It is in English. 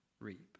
reap